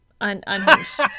Unhinged